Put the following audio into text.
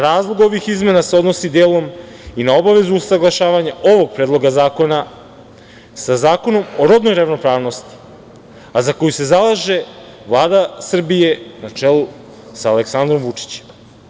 Razlog ovih izmena se odnosi delom i na obavezu usaglašavanja ovog predloga zakona sa Zakonom o rodnoj ravnopravnosti, za koji se zalaže Vlada Srbije, na čelu sa Aleksandrom Vučićem.